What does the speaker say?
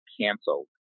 canceled